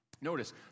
Notice